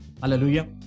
Hallelujah